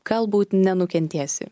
galbūt nenukentėsi